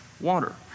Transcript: water